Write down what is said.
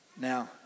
Now